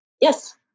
yes